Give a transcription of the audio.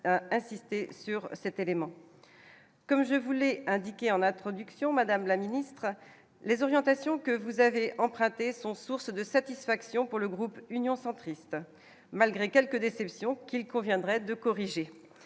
à insister sur cet élément comme je voulais indiquer, en introduction, Madame la ministre, les orientations que vous avez emprunté sont source de satisfaction pour le groupe Union centriste, malgré quelques déceptions qu'il conviendrait de corriger